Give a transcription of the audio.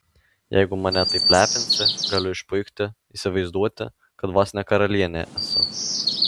jeigu mane taip lepinsi galiu išpuikti įsivaizduoti kad vos ne karalienė esu